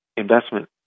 investment